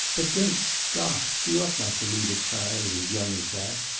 but great scott! she ought not to leave a child as young as that.